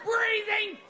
Breathing